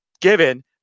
given